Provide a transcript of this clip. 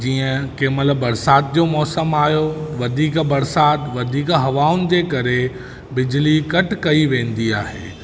जीअं कंहिं महिल बरसाति जो मौसम आहियो वधीक बरसाति वधीक हवाऊं जे करे बिजली कट कई वेंदी आहे